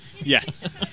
Yes